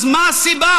אז מה הסיבה?